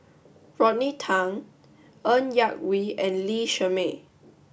Rodney Tan Ng Yak Whee and Lee Shermay